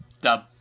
Dub